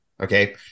okay